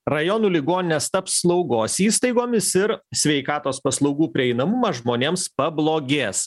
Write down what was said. rajonų ligoninės taps slaugos įstaigomis ir sveikatos paslaugų prieinamumas žmonėms pablogės